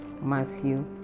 Matthew